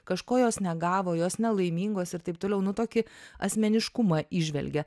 kažko jos negavo jos nelaimingos ir taip toliau nu tokį asmeniškumą įžvelgia